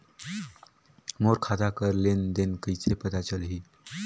मोर खाता कर लेन देन कइसे पता चलही?